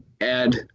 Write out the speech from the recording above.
add